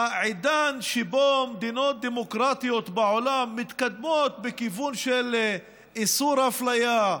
בעידן שבו מדינות דמוקרטיות בעולם מתקדמות בכיוון של איסור אפליה,